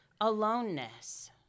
aloneness